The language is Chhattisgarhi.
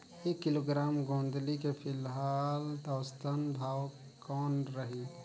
एक किलोग्राम गोंदली के फिलहाल औसतन भाव कौन रही?